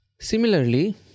Similarly